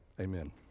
amen